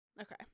Okay